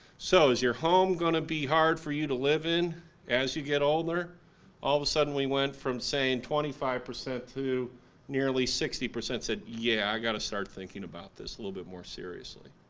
so, is your home going to be hard for you to live in as you get older? all of a sudden we went from saying twenty five percent to nearly sixty percent said yeah, i gotta start thinking about this a little bit more seriously.